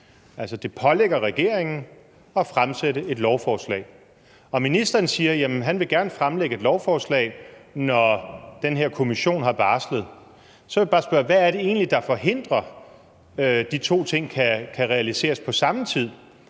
det pålægger regeringen at fremsætte et lovforslag. Og ministeren siger, at han gerne vil fremlægge et lovforslag, når den her kommission har barslet. Så vil jeg bare spørge: Hvad er det egentlig, der forhindrer, at de to ting kan realiseres på samme tid?